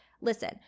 Listen